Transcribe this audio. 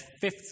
fifth